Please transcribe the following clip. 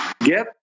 Get